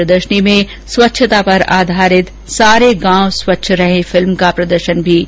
प्रदर्शनी में स्वच्छता पर आधारित सारे गांव स्वच्छ रहे फिल्म का प्रदर्शन भी किया जाएगा